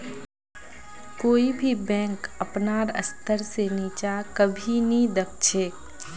कोई भी बैंक अपनार स्तर से नीचा कभी नी दख छे